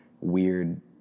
weird